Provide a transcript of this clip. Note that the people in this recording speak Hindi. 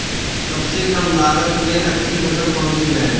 सबसे कम लागत में अच्छी फसल कौन सी है?